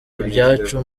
ibyacu